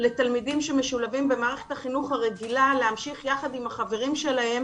לתלמידים שמשולבים במערכת החינוך הרגילה להמשיך יחד עם החברים שלהם